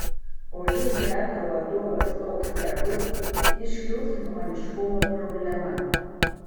o jei teatro vadovas toks nebus iškils humaniškumo problema